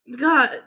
God